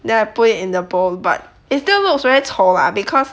then I put it in the bowl but it still looks very 丑 lah because